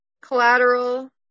Collateral